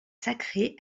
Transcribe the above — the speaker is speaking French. sacrés